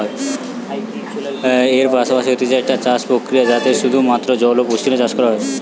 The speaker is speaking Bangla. এরওপনিক্স হতিছে একটা চাষসের প্রক্রিয়া যাতে শুধু মাত্র জল এবং পুষ্টি লিয়ে চাষ করা হয়